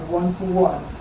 one-to-one